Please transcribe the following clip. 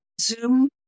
Zoom